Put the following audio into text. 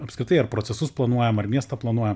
apskritai ar procesus planuojam ar miestą planuojam